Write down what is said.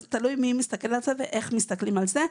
תלוי מי מסתכל על זה ואיך מסתכלים על זה.